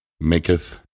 maketh